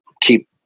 keep